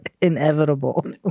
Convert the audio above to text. inevitable